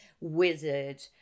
wizard